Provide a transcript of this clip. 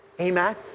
Amen